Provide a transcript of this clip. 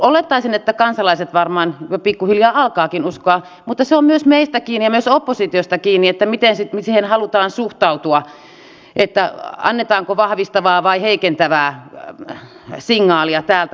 olettaisin että kansalaiset varmaan pikkuhiljaa alkavatkin uskoa mutta se on myös meistä kiinni ja myös oppositiosta kiinni miten siihen halutaan suhtautua että annetaanko vahvistavaa vai heikentävää signaalia täältä päin